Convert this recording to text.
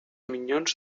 minyons